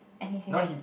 and he's in the